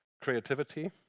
Creativity